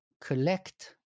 collect